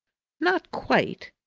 not quite.